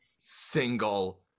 single